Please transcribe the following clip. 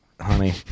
honey